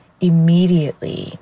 immediately